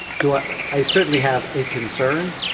do i i certainly have a concern